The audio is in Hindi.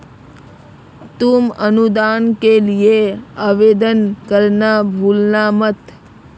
तुम अनुदान के लिए आवेदन करना भूलना मत